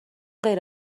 غیر